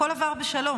הכול עבר בשלום.